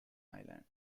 island